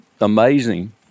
amazing